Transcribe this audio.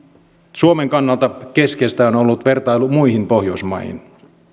suomen kannalta keskeistä on ollut vertailu muihin pohjoismaihin